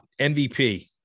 MVP